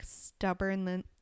stubbornly